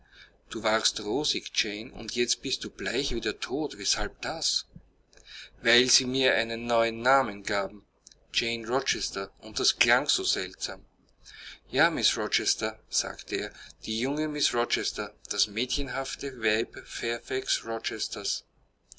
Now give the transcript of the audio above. du warst rosig jane und jetzt bist du bleich wie der tod weshalb das weil sie mir einen neuen namen gaben jane rochester und das klang so seltsam ja mrs rochester sagte er die junge mrs rochester das mädchenhafte